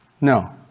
no